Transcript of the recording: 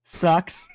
sucks